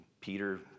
Peter